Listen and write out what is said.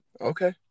Okay